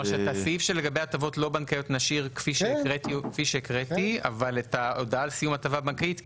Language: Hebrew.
לקוח כפי שהוסכם ביניהם ובהתאם להוראות שקבע המפקח".